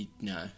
no